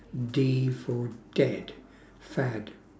D for dead fad